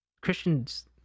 Christians